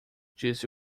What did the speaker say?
disse